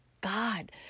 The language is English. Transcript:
God